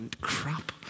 crap